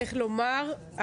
צריך לומר,